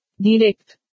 Direct